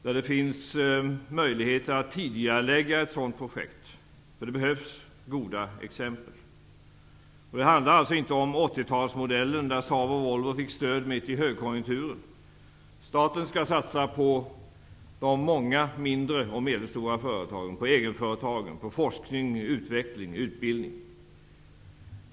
Där finns det möjligheter att tidigarelägga ett sådant projekt. Det behövs nämligen goda exempel. Det handlar inte om 80-talsmodellen, där Saab och Volvo fick stöd mitt i högkonjunkturen. Staten skall satsa på de många mindre och medelstora företagen, på egenföretagen, på forskning, utveckling och utbildning.